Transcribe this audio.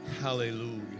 Hallelujah